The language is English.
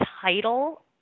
title